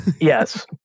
Yes